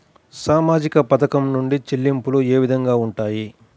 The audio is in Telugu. సామాజిక పథకం నుండి చెల్లింపులు ఏ విధంగా ఉంటాయి?